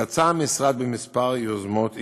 יצא המשרד בכמה יוזמות עיקריות.